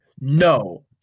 No